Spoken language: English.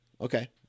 Okay